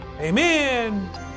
Amen